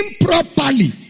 improperly